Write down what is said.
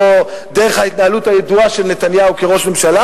זו דרך ההתנהלות הידועה של נתניהו כראש ממשלה.